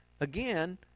again